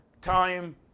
time